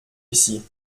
ici